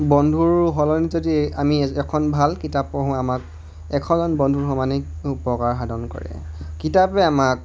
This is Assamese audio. বন্ধুৰ সলনি যদি আমি এখন ভাল কিতাপ পঢ়োঁ আমাক এশজন বন্ধুৰ সমানেই উপকাৰ সাধন কৰে কিতাপে আমাক